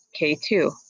K2